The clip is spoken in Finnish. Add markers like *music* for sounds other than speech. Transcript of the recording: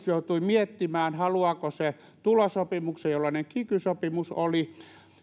*unintelligible* joutui miettimään haluaako se tulosopimuksen jollainen kiky sopimus oli